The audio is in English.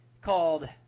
called